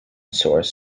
source